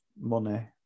money